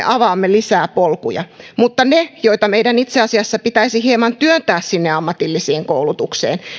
avaamme lisää polkuja mutta niiden kohdalla joita meidän itse asiassa pitäisi hieman työntää sinne ammatilliseen koulutukseen